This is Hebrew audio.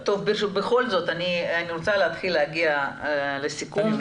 ורוצים לפתור את הסוגיה וגם מכירים בבעייתיות של הסוגיה בשלב זה.